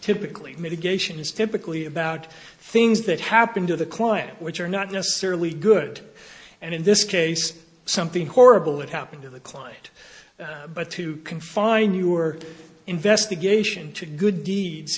typically mitigation is typically about things that happen to the client which are not necessarily good and in this case something horrible that happened to the client but to confine your investigation to good deeds